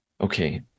Okay